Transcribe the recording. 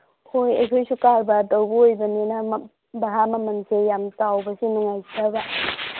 ꯍꯣꯏ ꯑꯩꯈꯣꯏꯁꯨ ꯀꯔꯕꯥꯔ ꯇꯧꯕ ꯑꯣꯏꯕꯅꯤꯅ ꯚꯔꯥ ꯃꯃꯜꯁꯦ ꯌꯥꯝ ꯆꯥꯎꯕꯁꯤ ꯅꯨꯡꯉꯥꯏꯇꯕ